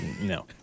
No